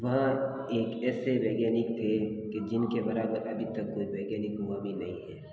वह एक ऐसे वैज्ञानिक थे कि जिनके बराबर अभी तक कोई वैज्ञानिक हुआ भी नहीं है